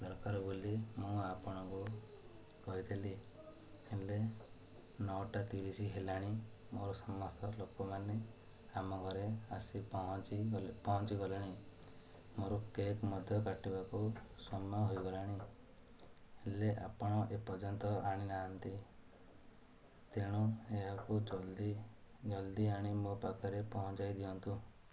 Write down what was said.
ଦରକାର ବୋଲି ମୁଁ ଆପଣଙ୍କୁ କହିଥିଲି ହେଲେ ନଅଟା ତିରିଶି ହେଲାଣି ମୋର ସମସ୍ତ ଲୋକମାନେ ଆମ ଘରେ ଆସି ପହଞ୍ଚି ପହଞ୍ଚିଗଲେଣି ମୋର କେକ୍ ମଧ୍ୟ କାଟିବାକୁ ସମୟ ହୋଇଗଲାଣି ହେଲେ ଆପଣ ଏପର୍ଯ୍ୟନ୍ତ ଆଣି ନାହାନ୍ତି ତେଣୁ ଏହାକୁ ଜଲ୍ଦି ଜଲ୍ଦି ଆଣି ମୋ ପାଖରେ ପହଞ୍ଚାଇ ଦିଅନ୍ତୁ